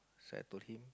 so I told him